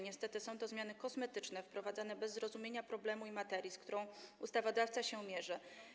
Niestety są to zmiany kosmetyczne, wprowadzane bez zrozumienia problemu i materii, z którą ustawodawca się mierzy.